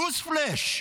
ניוז פלאש.